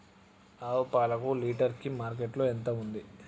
ఆవు పాలకు లీటర్ కి మార్కెట్ లో ఎంత ఉంది?